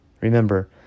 Remember